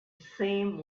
same